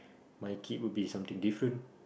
my kid would be something different